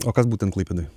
o kas būtent klaipėdoj